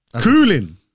cooling